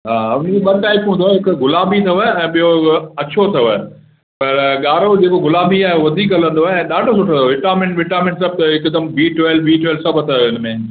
हा उन जूं ॿ टाईपूं अथव हिकु गुलाबी अथव ऐं ॿियो अछो अथव ॻाढ़ो जेको गुलाबी आहे उहो वधीक हलंदो आहे ऐं ॾाढो सुठो अथव विटामिन ॿिटामिन सभु अथव हिकदमि बी ट्वेल्व बी ट्वेल्व सभु अथव हिन में